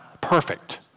Perfect